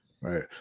right